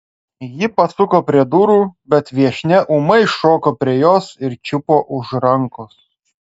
ji pasuko prie durų bet viešnia ūmai šoko prie jos ir čiupo už rankos